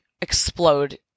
explode